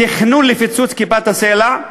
תכנון פיצוץ כיפת-הסלע,